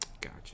Gotcha